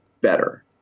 better